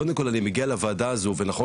קודם כל אני מגיע לוועדה הזו ונכון